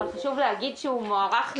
אבל חשוב להגיד שהוא מוארך מאליו,